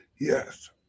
Yes